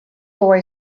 boy